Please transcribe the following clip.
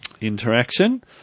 interaction